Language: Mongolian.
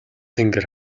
тэнгэр